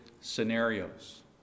scenarios